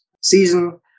season